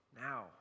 now